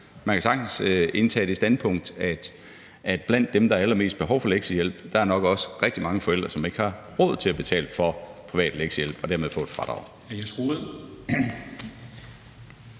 Man kan sagtens indtage det standpunkt, at der blandt dem, der har allermest behov for lektiehjælp, nok også er rigtig mange forældre, som ikke har råd til at betale for privat lektiehjælp og dermed få et fradrag.